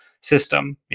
system